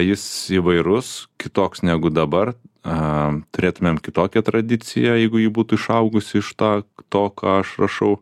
jis įvairus kitoks negu dabar a turėtumėm kitokią tradiciją jeigu ji būtų išaugusi iš tą to ką aš rašau